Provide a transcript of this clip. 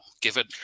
given